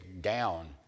down